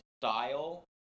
style